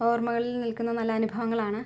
ഓർമകളിൽ നിൽക്കുന്ന നല്ല അനുഭവങ്ങളാണ്